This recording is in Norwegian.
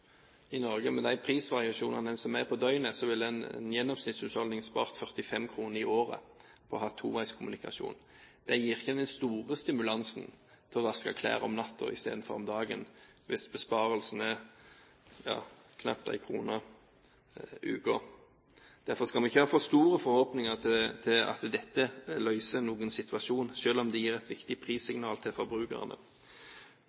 i Norge, med de prisvariasjonene som er i døgnet, ville en gjennomsnittshusholdning spart 45 kr i året på å ha toveiskommunikasjon. Det gir ikke den store stimulansen til å vaske klær om natten i stedet for om dagen hvis besparelsen er knapt en krone i uken. Derfor skal vi ikke ha for store forhåpninger til at dette løser noen situasjon, selv om det gir et viktig